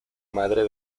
madre